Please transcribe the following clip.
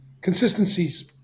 consistencies